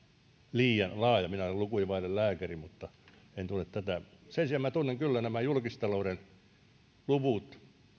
liian laaja minä olen lukuja vaille lääkäri mutta en tunne tätä sen sijaan tunnen kyllä nämä julkistalouden luvut